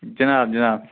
جناب جناب